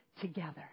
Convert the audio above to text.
together